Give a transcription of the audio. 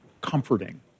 comforting